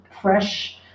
fresh